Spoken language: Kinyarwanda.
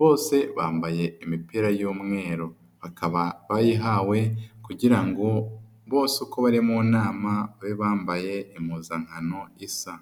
bose bambaye imipira y'umweru, bakaba bayihawe kugira ngo bose uko bari mu nama babe bambaye impuzankano isa.